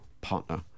partner